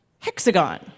hexagon